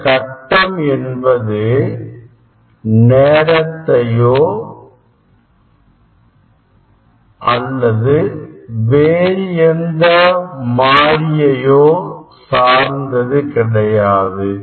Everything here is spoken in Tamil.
இந்தக் கட்டம் என்பது நேரத்தையோ வேறு எந்த மாறியயோ சார்ந்தது கிடையாது